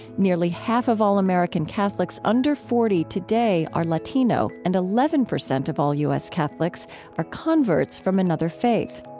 nearly half of all american catholics under forty today are latino, and eleven percent of all u s. catholics are converts from another faith.